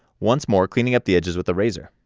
once more cleaning up the edges with a razor.